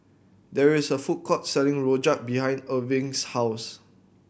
there is a food court selling Rojak behind Irving's house